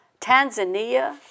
Tanzania